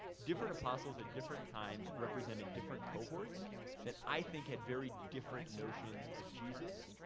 different apostles at different times represented different cohorts that i think had very different notions of jesus,